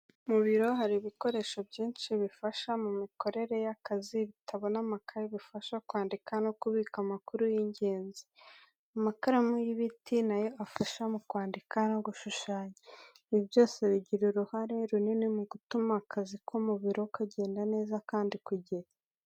Mu biro, hari ibikoresho byinshi bifasha mu mikorere y'akazi. Ibitabo n'amakayi bifasha kwandika no kubika amakuru y'ingenzi. Amakaramu y'ibiti, nayo afasha mu kwandika no gushushanya. Ibi byose bigira uruhare runini mu gutuma akazi ko mu biro kagenda neza kandi ku gihe.